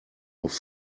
auf